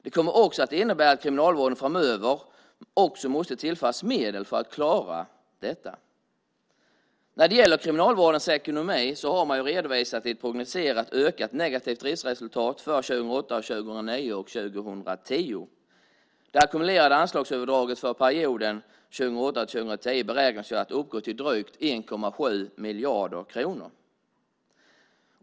Det kommer också att innebära att Kriminalvården framöver måste tillföras medel för att klara detta. När det gäller Kriminalvårdens ekonomi har man redovisat ett prognostiserat ökat negativt driftsresultat för 2008, 2009 och 2010. Det ackumulerade anslagsöverdraget för perioden 2008-2010 beräknas uppgå till drygt 1,7 miljarder kronor.